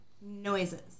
Noises